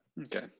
okay